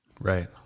Right